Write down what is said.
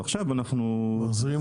עכשיו אנחנו -- ומה אתם מחזירים